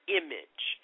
image